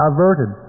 Averted